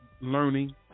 learning